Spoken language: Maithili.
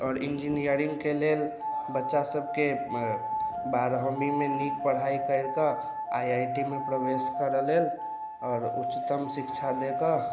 आओर इन्जिनियरिंगके लेल बच्चा सभके बारहवींमे नीक पढ़ाइ करिकऽ आइ आइ टी मे प्रवेश करै लेल आओर उच्चतम शिक्षा लेकऽ